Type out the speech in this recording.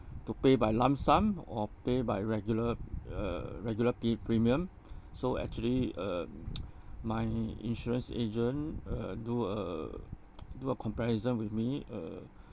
to pay by lump sum or pay by regular uh regular pre~ premium so actually uh my insurance agent uh do a do a comparison with me uh